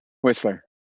Whistler